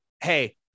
hey